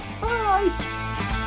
Bye